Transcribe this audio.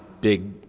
big